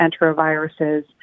enteroviruses